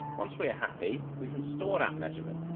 once we are happy, we can store that measurement,